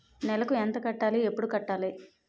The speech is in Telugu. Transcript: నెలకు ఎంత కట్టాలి? ఎప్పుడు కట్టాలి?